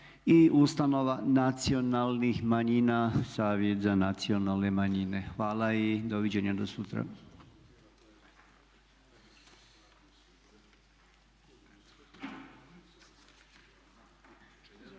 i ustanova nacionalnih manjina-Savjet za nacionalne manjine. Hvala i doviđenja do sutra.